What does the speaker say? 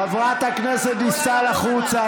חברת הכנסת דיסטל, החוצה.